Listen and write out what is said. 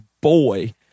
boy